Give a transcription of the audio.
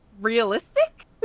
realistic